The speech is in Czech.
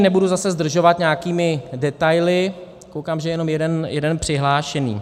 Nebudu zase zdržovat nějakými detaily, koukám, že je jenom jeden přihlášený.